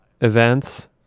events